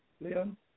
Leon